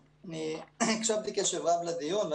הקשבתי קשב רב לדיון,